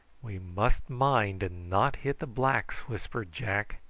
we must mind and not hit the blacks! whispered jack.